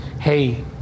hey